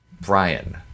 Brian